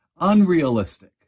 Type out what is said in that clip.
unrealistic